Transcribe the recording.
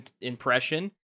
impression